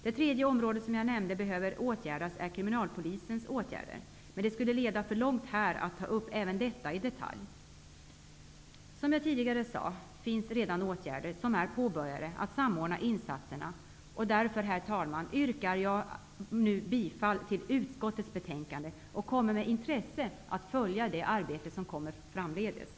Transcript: Det tredje området som jag nämnde som behöver förändras är kriminalpolisens åtgärder, men det skulle leda för långt att ta upp även detta i detalj här. Som jag tidigare sade, har åtgärder för att samordna insatserna redan påbörjats. Därför, herr talman, yrkar jag nu bifall till utskottets hemställan. Jag kommer med intresse att följa det arbete som kommer att göras framdeles.